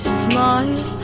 smile